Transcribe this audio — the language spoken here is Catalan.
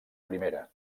primera